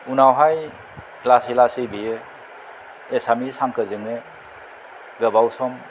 उनावहाय लासै लासै बेयो एसामिस हांखोजोंनो गोबाव सम